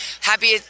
happy